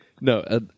No